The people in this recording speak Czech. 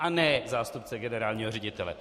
A ne zástupce generálního ředitele.